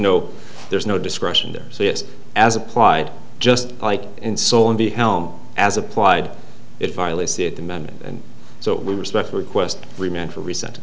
no there's no discretion there so it as applied just like in seoul and the helm as applied it violates the at the moment and so we respect her request remain for resent